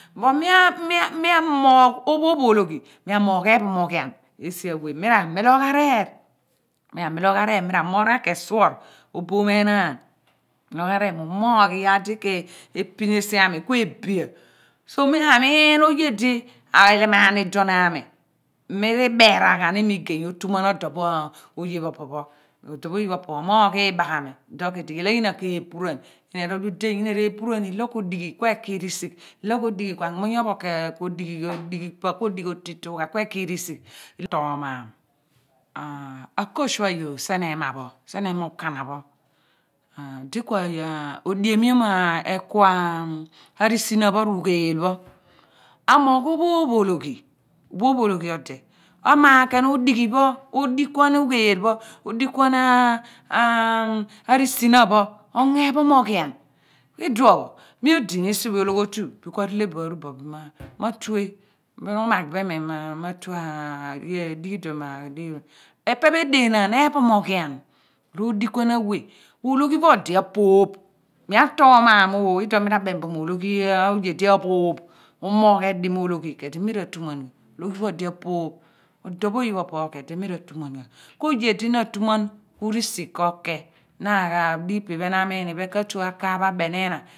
Bu mia mia mia mogh ophoph ologhi mia mogh ephomoghian esi awe mi ra miloghan reer mira miloghan reer mira moor khen shoor oboom enaan miloghan reer mii umogh iyar di ke epin esia ami kun ebia so mia min oye di ayighaam iduon ami mi ri beraan gha ni iwu igey atuman odopho oyeopho opo pho odopho ikpoki pho amuyed ikpoki ke the ekwo obalologhi obalologhi isien ekpom ma ana mem di ekpom ana ku ebaal ekpam mo ana ku ebaali obalologhi ka dighni na asighi ekpom mo ana ku na awi le ghi toro toro bo, ararar lo re baghe mi ina ku akipasi ekponu ana ku na enaan ku re nghč obaalologhio otu enaan ku edi naka mogh obalologhi ki ikpoki na digh otu enaan ku na abogh loor pha na bile kiheem naabogh loor pha na ibaam anmuuny kheen bin ro ghi ghen we obalologhi ki kuiikpoki amaariah mem di kheem na ma mi the otu di ephomoghien ku edi ephomoghian ku edi otu pho eghun otu pho abatologhi ra tol ghan kiheen ni pa pho kiheen obalologhi ra tol ghaami erumulo obophonn olo pa obalologhi olo ogina ana ku odi otu obalologhi ka tol kuala ma na umogh ikpoki phi phen ku muyedi ku ogina ana ku odi otu